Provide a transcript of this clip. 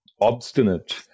obstinate